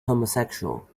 homosexual